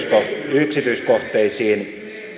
yksityiskohteisiin